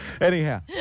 anyhow